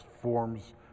forms